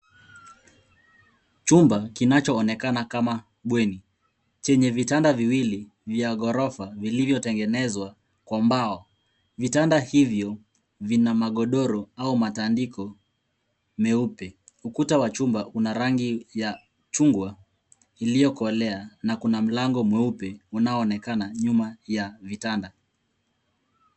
Chumba kinachoonekana kama bweni chenye vitanda viwili vya ghorofa vilivyotengenezwa kwa mbao. Vitanda hivyo vina magodoro au matandiko meupe. Ukuta wa chumba una rangi ya chungwa iliyokolea na kuna mlango mweupe unaoonekana nyuma ya vitanda.